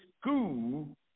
school